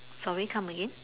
sorry come again